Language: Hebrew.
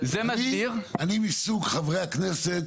אני מסוג חברי הכנסת,